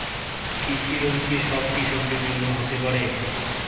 কৃষি লোন কি সব কৃষকদের জন্য হতে পারে?